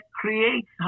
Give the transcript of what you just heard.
creates